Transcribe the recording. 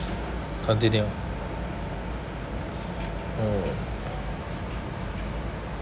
continue mm